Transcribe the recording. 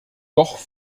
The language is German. doch